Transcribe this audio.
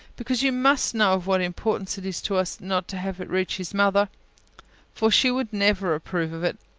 because you must know of what importance it is to us, not to have it reach his mother for she would never approve of it,